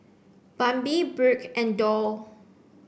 Bambi Brooke and Doll